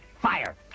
fire